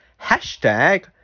hashtag